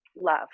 love